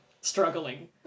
struggling